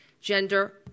gender